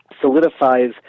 solidifies